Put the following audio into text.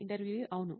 ఇంటర్వ్యూఈ అవును